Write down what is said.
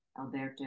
Alberto